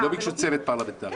לא ביקשו צוות פרלמנטרי.